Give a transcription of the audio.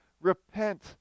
repent